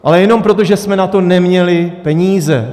Ale jenom proto, že jsme na to neměli peníze.